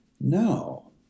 no